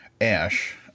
Ash